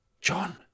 John